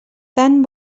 tant